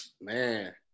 Man